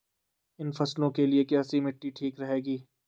इन फसलों के लिए कैसी मिट्टी ठीक रहेगी?